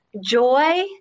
joy